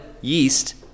yeast